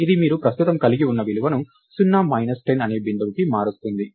ఇది మీరు ప్రస్తుతం కలిగి ఉన్న విలువను 0 10 అనే బిందువుకు మారుస్తుంది